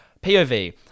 POV